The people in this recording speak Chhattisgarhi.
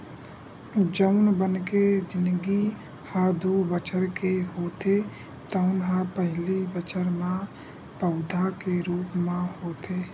जउन बन के जिनगी ह दू बछर के होथे तउन ह पहिली बछर म पउधा के रूप म होथे